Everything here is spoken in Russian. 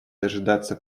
дожидаться